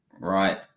Right